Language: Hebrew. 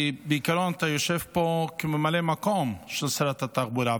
בעיקרון אתה יושב פה כממלא מקום של שרת התחבורה,